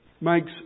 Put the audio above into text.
makes